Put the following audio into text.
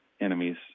enemies